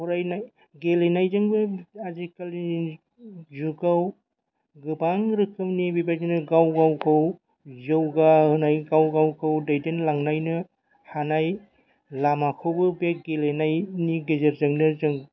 फरायनाय गेलेनायजोंबो आजिखालि जुगाव गोबां रोखोमनि बेबायदिनो गाव गावखौ जौगा होनाय गाव गावखौ दैदेनलांनो हानाय लामाखौबो बे गेलेनायनि गेजेरजोंनो जों